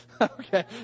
Okay